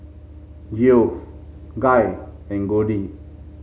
Geoff Guy and Goldie